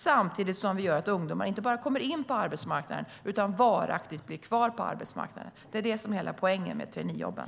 Samtidigt kommer ungdomar inte bara in på arbetsmarknaden utan blir också varaktigt kvar där. Det är hela poängen med traineejobben.